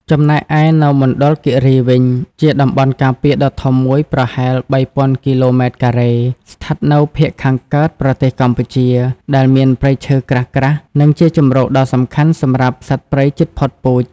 ចំណែកឯនៅមណ្ឌលគិរីវិញ ជាតំបន់ការពារដ៏ធំមួយ ប្រហែល ៣,០០០ គីឡូម៉ែត្រការ៉េ ស្ថិតនៅភាគខាងកើតប្រទេសកម្ពុជា ដែលមានព្រៃឈើក្រាស់ៗ និងជាជម្រកដ៏សំខាន់សម្រាប់សត្វព្រៃជិតផុតពូជ។